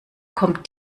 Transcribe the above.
kommt